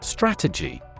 Strategy